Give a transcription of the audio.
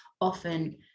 often